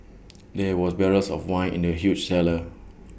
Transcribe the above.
there were barrels of wine in the huge cellar